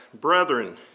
brethren